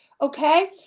Okay